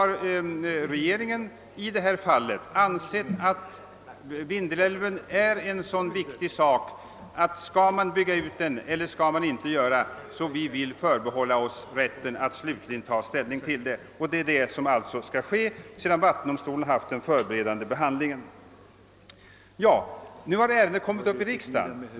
Regeringen har i detta fall ansett att frågan om man skall bygga ut Vindelälven eller inte är så viktig att regeringen vill förbehålla sig rätten att ur allmän synpunkt slutligt ta ställning till denna fråga. Det är alltså detta som skall ske sedan den förberedande behandlingen skett i vattendomstolen. Nu har ärendet kommit upp i riksdagen.